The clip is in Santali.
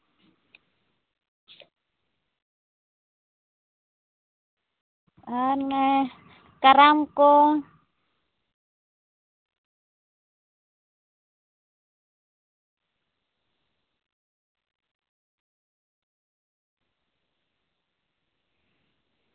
ᱟᱨ ᱚᱱᱮ ᱠᱟᱨᱟᱢ ᱠᱚ